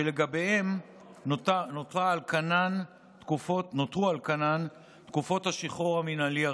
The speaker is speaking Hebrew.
שלגביהם נותרו על כנן תקופות השחרור המינהלי הרגילות.